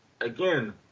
again